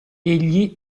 egli